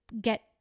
get